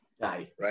right